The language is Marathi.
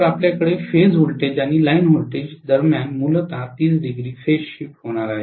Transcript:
तर आपल्याकडे फेज व्होल्टेज आणि लाइन व्होल्टेज दरम्यान मूलत 300 फेज शिफ्ट होणार आहे